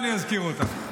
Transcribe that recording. אני מצטער,